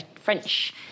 French